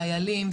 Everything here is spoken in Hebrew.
חיילים,